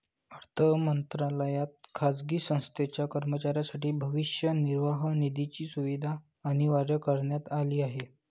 अर्थ मंत्रालयात खाजगी संस्थेच्या कर्मचाऱ्यांसाठी भविष्य निर्वाह निधीची सुविधा अनिवार्य करण्यात आली आहे